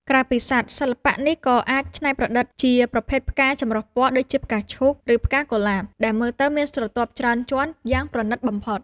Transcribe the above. ក្រៅពីសត្វ សិល្បៈនេះក៏អាចច្នៃប្រឌិតជាប្រភេទផ្កាចម្រុះពណ៌ ដូចជាផ្កាឈូក ឬផ្កាកុលាប ដែលមើលទៅមានស្រទាប់ច្រើនជាន់យ៉ាងប្រណីតបំផុត។